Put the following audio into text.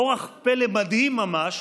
אורח פלא מדהים ממש,